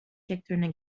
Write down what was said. sektörüne